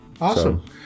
awesome